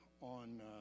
on